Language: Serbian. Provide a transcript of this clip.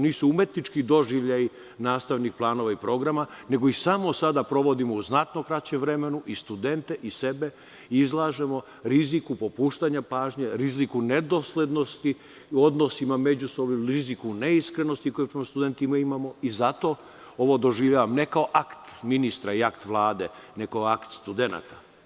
Nisu to umetnički doživljaji nastavnih planova i programa, nego ih samo sam sprovodimo u znatno kraćem vremenu, i studente i sebe izlažemo riziku popuštanja pažnje, riziku nedoslednosti u međusobnim odnosima, riziku neiskrenosti koju imamo prema studentima i zato ovo doživljavam ne kao akt ministra i akt Vlade, nego akt studenata.